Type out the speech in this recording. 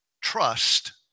Trust